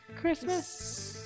Christmas